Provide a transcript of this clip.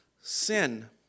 sin